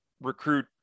recruit